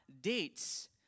dates